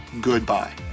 goodbye